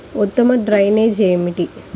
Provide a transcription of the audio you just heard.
ఉత్తమ డ్రైనేజ్ ఏమిటి?